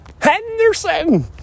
Henderson